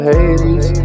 Hades